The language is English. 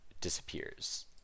disappears